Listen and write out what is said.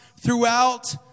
throughout